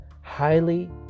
highly